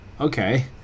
Okay